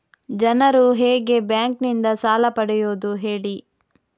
ಜನರು ಹೇಗೆ ಬ್ಯಾಂಕ್ ನಿಂದ ಸಾಲ ಪಡೆಯೋದು ಹೇಳಿ